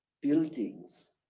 buildings